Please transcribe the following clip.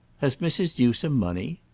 has mrs. newsome money?